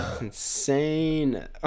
Insane